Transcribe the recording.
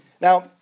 Now